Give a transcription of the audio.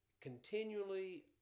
continually